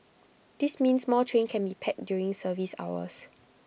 this means more trains can be packed during service hours